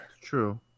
True